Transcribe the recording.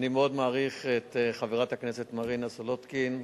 אני מאוד מעריך את חברת הכנסת מרינה סולודקין,